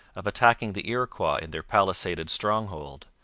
of attacking the iroquois in their palisaded stronghold,